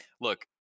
look